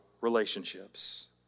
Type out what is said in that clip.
relationships